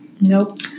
nope